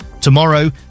tomorrow